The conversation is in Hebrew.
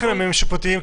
לא הולכים לימים שיפוטיים,